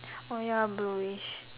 oh ya blueish